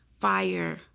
fire